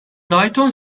dayton